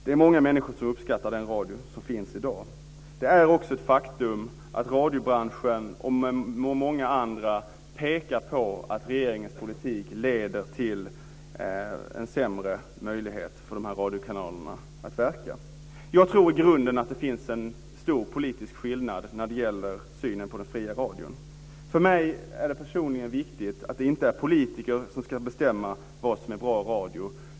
Det är många människor som uppskattar den radio som finns i dag. Det är också ett faktum att radiobranschen, med många andra, pekar på att regeringens politik leder till en sämre möjlighet för radiokanalerna att verka. Jag tror att det i grunden finns en stor politisk skillnad när det gäller synen på den fria radion. För mig personligen är det viktigt att det inte är politiker som ska bestämma vad som är bra radio.